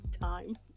time